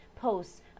posts